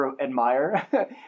admire